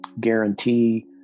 guarantee